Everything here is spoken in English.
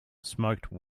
smoking